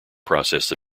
process